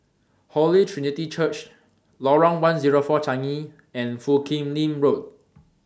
Holy Trinity Church Lorong one hundred and four Changi and Foo Kim Lin Road